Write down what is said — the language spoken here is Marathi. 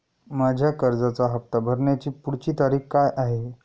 माझ्या कर्जाचा हफ्ता भरण्याची पुढची तारीख काय आहे?